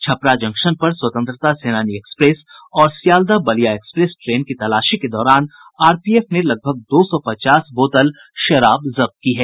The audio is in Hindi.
छपरा जंक्शन पर स्वतंत्रता सेनानी एक्सप्रेस और सियालदह बलिया एक्सप्रेस ट्रेन की तलाशी के दौरान आरपीएफ ने लगभग दो सौ पचास बोतल शराब जब्त की है